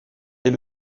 est